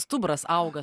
stuburas auga